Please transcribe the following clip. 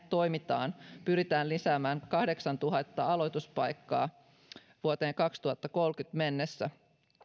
toimitaan pyritään lisäämään kahdeksantuhatta aloituspaikkaa vuoteen kaksituhattakolmekymmentä mennessä